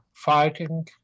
fighting